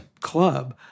club